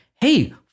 Hey